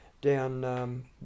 down